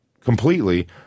completely